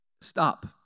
stop